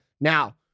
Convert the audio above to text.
Now